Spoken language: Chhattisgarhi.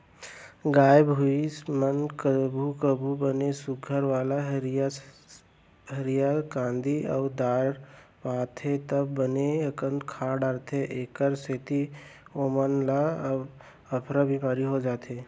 गाय भईंस मन कभू कभू बने सुवाद वाला हरियर कांदी अउ दार पा जाथें त बने अकन खा डारथें एकर सेती ओमन ल अफरा बिमारी हो जाथे